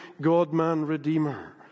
God-man-redeemer